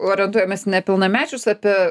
orientuojamės nepilnamečius apie